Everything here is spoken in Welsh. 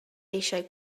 eisiau